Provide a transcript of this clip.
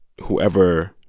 whoever